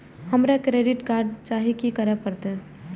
हमरा credit card चाही की करे परतै?